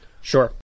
Sure